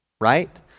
right